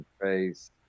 face